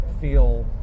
feel